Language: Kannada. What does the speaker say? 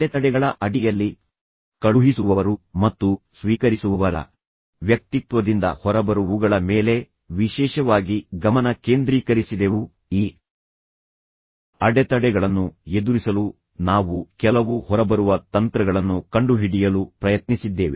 ಅಡೆತಡೆಗಳ ಅಡಿಯಲ್ಲಿ ಕಳುಹಿಸುವವರು ಮತ್ತು ಸ್ವೀಕರಿಸುವವರ ವ್ಯಕ್ತಿತ್ವದಿಂದ ಹೊರಬರುವವುಗಳ ಮೇಲೆ ವಿಶೇಷವಾಗಿ ಗಮನ ಕೇಂದ್ರೀಕರಿಸಿದೆವು ಈ ಅಡೆತಡೆಗಳನ್ನು ಎದುರಿಸಲು ನಾವು ಕೆಲವು ಹೊರಬರುವ ತಂತ್ರಗಳನ್ನು ಕಂಡುಹಿಡಿಯಲು ಪ್ರಯತ್ನಿಸಿದ್ದೇವೆ